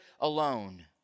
alone